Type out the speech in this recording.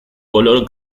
color